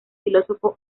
filósofo